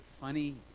funny